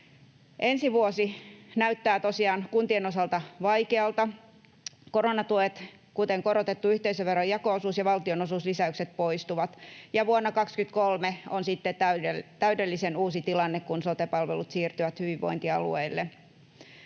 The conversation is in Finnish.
Ensi vuosi näyttää tosiaan kuntien osalta vaikealta. Koronatuet, kuten korotettu yhteisöveron jako-osuus ja valtionosuuslisäykset, poistuvat, ja vuonna 23 on sitten täydellisen uusi tilanne, kun sote-palvelut siirtyvät hyvinvointialueille.